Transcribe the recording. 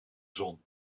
zon